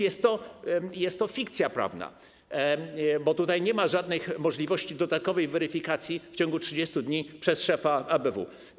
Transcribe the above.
Jest to fikcja prawna, bo tutaj nie ma żadnych możliwości dodatkowej weryfikacji w ciągu 30 dni przez szefa ABW.